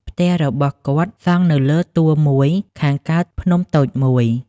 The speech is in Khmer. ផ្ទះរបស់គាត់សង់នៅលើទួលមួយខាងកើតភ្នំតូចមួយ។